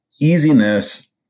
easiness